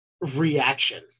reaction